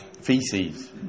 feces